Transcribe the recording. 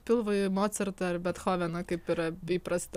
pilvui mocartą ar bethoveną kaip yra įprasta